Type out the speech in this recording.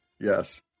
Yes